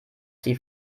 sie